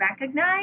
recognize